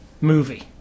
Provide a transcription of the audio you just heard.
Movie